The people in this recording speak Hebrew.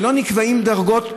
ולא נקבעות דרגות.